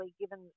given